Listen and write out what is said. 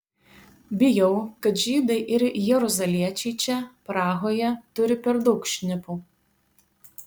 bijau kad žydai ir jeruzaliečiai čia prahoje turi per daug šnipų